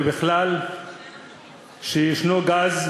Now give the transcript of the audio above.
שיש גז,